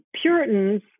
Puritans